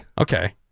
Okay